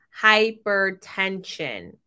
Hypertension